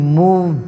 move